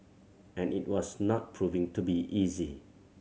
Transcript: and it was not proving to be easy